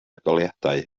goleuadau